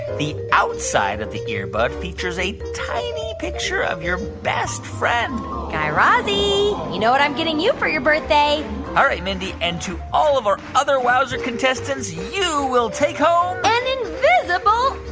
the outside of the earbud but features a tiny picture of your best friend guy razzie, you know what i'm getting you for your birthday all right, mindy. and to all of our other wowzer contestants, you will take home. an invisible